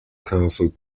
council